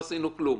לא עשינו כלום.